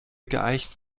geeicht